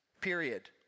period